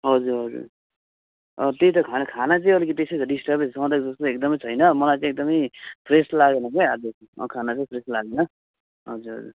हजुर हजुर त्यही त खाना खाना चाहिँ अलिकति त्यस्तै छ डिस्टर्बै छ सधैँको जस्तो चाहिँ एकदमै छैन मलाई चाहिँ एकदमै फ्रेस लागेन क्या आज चाहिँ अँ खाना चाहिँ फ्रेस लागेन हजुर हजुर